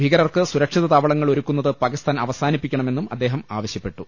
ഭീകരർക്ക് സുരക്ഷിത താവളങ്ങൾ ഒരുക്കുന്നത് പാകിസ്ഥാൻ അവസാനിപ്പിക്ക ണമെന്നും അദ്ദേഹം ആവശ്യപ്പെട്ടു